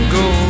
go